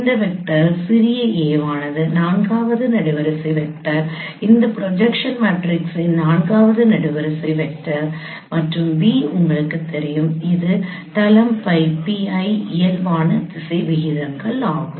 இந்த வெக்டர் சிறிய a வானது நான்காவது நெடுவரிசை வெக்டர் இந்த ப்ரொஜெக்ஷன் மேட்ரிக்ஸின் நான்காவது நெடுவரிசை வெக்டர் மற்றும் v உங்களுக்குத் தெரியும் இது தளம் பை pi இயல்பான திசை விகிதங்கள் ஆகும்